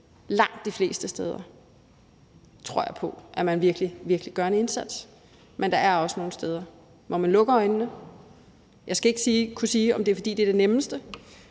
langt de fleste steder virkelig gør en indsats, men der er også nogle steder, hvor man lukker øjnene. Jeg skal ikke kunne sige, om det er, fordi det er det nemmeste,